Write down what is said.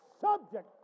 Subject